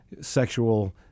sexual